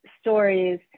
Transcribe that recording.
stories